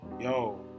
yo